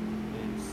it's